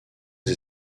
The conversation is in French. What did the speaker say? des